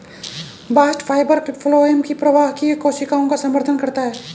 bast fibre phloem की प्रवाहकीय कोशिकाओं का समर्थन करता है